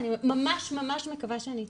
אני ממש ממש מקווה שאני טועה,